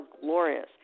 glorious